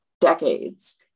decades